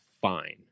fine